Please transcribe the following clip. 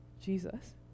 Jesus